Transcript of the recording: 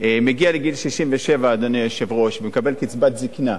מגיע לגיל 67, אדוני היושב-ראש, ומקבל קצבת זיקנה,